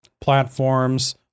platforms